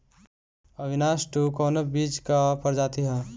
अविनाश टू कवने बीज क प्रजाति ह?